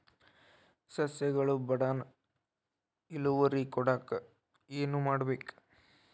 ಸಸ್ಯಗಳು ಬಡಾನ್ ಇಳುವರಿ ಕೊಡಾಕ್ ಏನು ಮಾಡ್ಬೇಕ್?